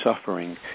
suffering